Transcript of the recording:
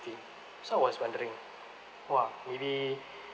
fifty so I was wondering !wah! maybe